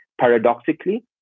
Paradoxically